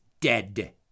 dead